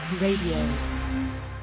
Radio